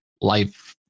life